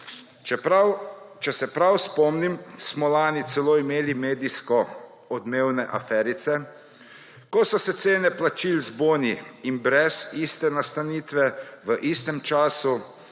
Če se prav spomnim, smo lani celo imeli medijsko odmevne aferice, ko so se cene plačil z boni in brez za iste nastanitve v istem času